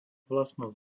vlastnosť